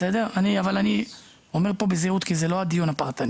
אני אומר פה בזהירות, כי זה לא הדיון הפרטני.